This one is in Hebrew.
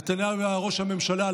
נתניהו היה ראש הממשלה,